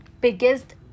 biggest